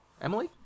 Emily